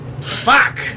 Fuck